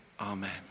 Amen